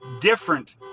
different